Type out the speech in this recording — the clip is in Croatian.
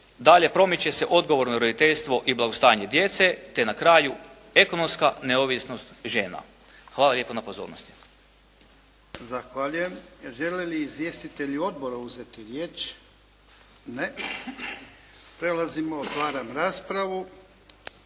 Dalje, promiče se odgovorno roditeljstvo i blagostanje djece, te na kraju ekonomska neovisnost žena. Hvala lijepo na pozornosti.